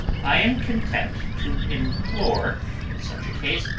i am content to implore in such a case,